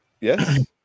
Yes